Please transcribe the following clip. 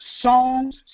songs